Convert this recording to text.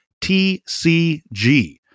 tcg